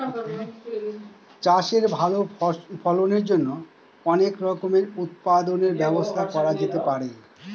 চাষের ভালো ফলনের জন্য অনেক রকমের উৎপাদনের ব্যবস্থা করা যেতে পারে